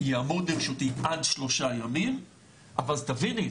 יעמוד לרשותי עד שלושה ימים אבל תביני,